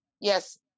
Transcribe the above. yes